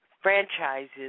franchises